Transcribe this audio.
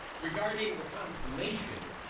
regarding the confirmation,